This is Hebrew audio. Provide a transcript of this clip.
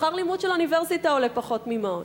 הלימוד באוניברסיטה עולה פחות ממעון.